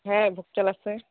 হ্যাঁ ভোগ চাল আসে